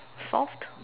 soft